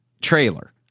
trailer